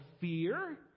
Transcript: fear